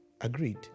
agreed